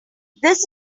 this